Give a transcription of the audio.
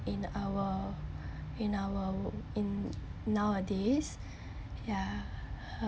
in our in our in nowadays ya